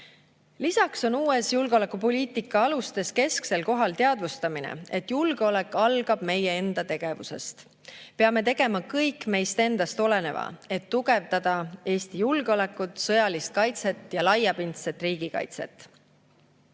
Lisaks on uutes julgeolekupoliitika alustes kesksel kohal teadvustamine, et julgeolek algab meie enda tegevusest. Peame tegema kõik endast oleneva, et tugevdada Eesti julgeolekut, sõjalist kaitset ja laiapindset riigikaitset.